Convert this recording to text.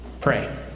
pray